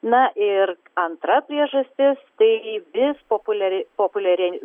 na ir antra priežastis tai vis populiari populiariai